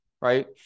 right